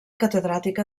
catedràtica